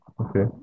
Okay